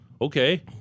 Okay